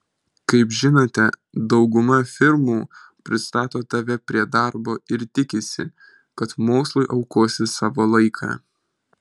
kaip žinote dauguma firmų pristato tave prie darbo ir tikisi kad mokslui aukosi savo laiką